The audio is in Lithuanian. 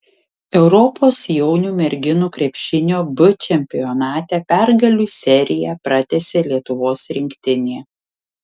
europos jaunių merginų krepšinio b čempionate pergalių seriją pratęsė lietuvos rinktinė